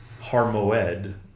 Harmoed